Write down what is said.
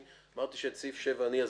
אמרתי שאת סעיף 7 אני אסביר,